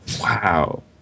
Wow